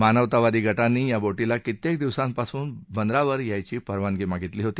मानवतावादी गटांनी ह्या बोटीला कित्येक दिवसांपूर्वी बंदरावर येण्याची परवानगी मागितली होती